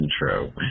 intro